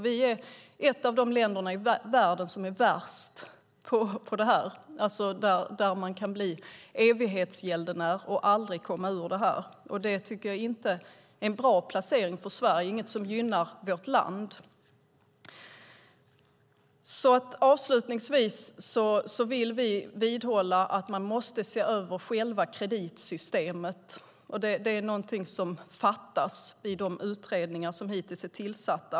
Vi är ett av de länder i världen som är värst när det gäller detta att man kan bli evighetsgäldenär och aldrig komma ur det. Det tycker jag inte är en bra placering för Sverige, och det är inget som gynnar vårt land. Avslutningsvis vill vi vidhålla att man måste se över själva kreditsystemet. Det är någonting som fattas i de utredningar som hittills är tillsatta.